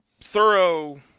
thorough